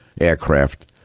aircraft